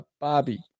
Bobby